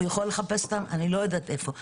הוא יכול לחפש אותם לא יודעת איפה.